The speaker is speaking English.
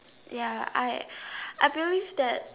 ya I I believe that